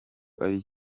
ari